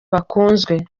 bakunzwe